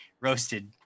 roasted